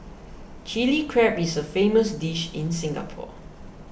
Chilli Crab is a famous dish in Singapore